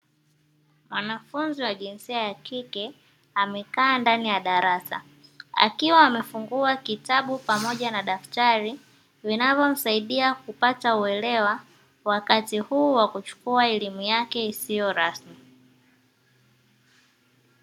Mwanafunzi wa jinsia ya kike amekaa ndani ya darasa akiwa amefungua kitabu pamoja na daftari, vinavomsaidia kupata uelewa wakati huo wa kuchukua elimu yake isiyo rasmi.